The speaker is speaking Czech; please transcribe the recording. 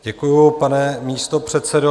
Děkuji, pane místopředsedo.